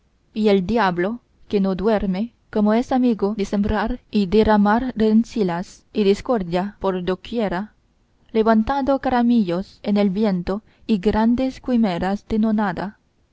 y el diablo que no duerme como es amigo de sembrar y derramar rencillas y discordia por doquiera levantando caramillos en el viento y grandes quimeras de nonada